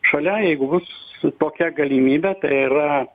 šalia jeigu bus tokia galimybė tai yra